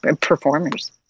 performers